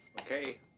Okay